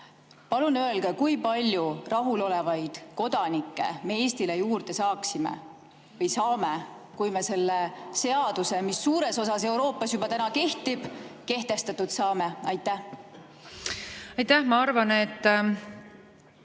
palun öelge, kui palju rahulolevaid kodanikke me Eestile juurde saaksime või saame, kui me sellise seaduse, mis suures osas Euroopas juba täna kehtib, kehtestatud saame. Austatud